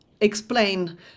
explain